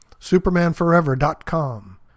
SupermanForever.com